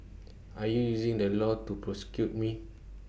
are you using the law to persecute me